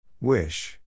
Wish